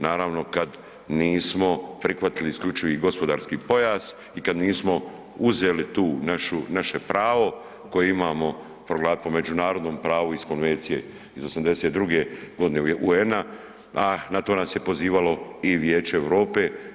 Naravno kad nismo prihvatili isključivi gospodarski pojas i kad nismo uzeli tu našu, naše pravo koje imamo po međunarodnom pravu iz konvencije iz '82. godine UN-a, a na to nas je pozivalo i Vijeće Europe.